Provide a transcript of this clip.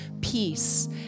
peace